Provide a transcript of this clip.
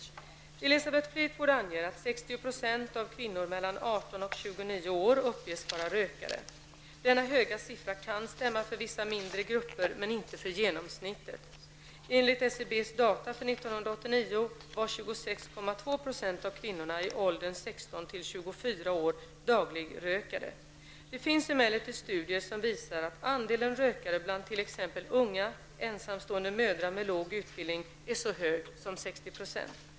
Elisabeth Fleetwood anger att 60 % av kvinnor mellan 18 och 29 år uppges vara rökare. Denna höga siffra kan stämma för vissa mindre grupper, men inte för genomsnittet. Enligt SCBs data för 1989 var 26,2 % av kvinnorna i åldern 16--24 år dagligrökare. Det finns emellertid studier som visar att andelen rökare bland t.ex. unga ensamstående mödrar med låg utbildning är så hög som 60 %.